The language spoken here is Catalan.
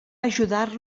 ajudar